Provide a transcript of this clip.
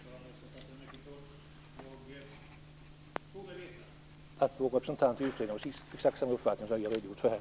Herr talman! Jag skall fatta mig kort. Jag tror mig veta att vår representant i utredningen har exakt samma uppfattning som jag har redogjort för här.